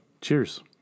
Cheers